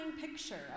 picture